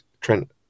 Trent